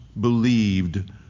believed